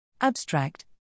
Abstract